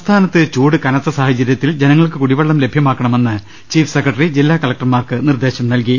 സംസ്ഥാനത്ത് ചൂട് കനത്ത സാഹചര്യത്തിൽ ജനങ്ങൾക്ക് കുടി വെള്ളം ലഭ്യമാക്കണമെന്ന് ചീഫ് സെക്രട്ടറി ജില്ലാ കളക്ടർമാർക്ക് നിർദ്ദേശം നൽകി